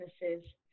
businesses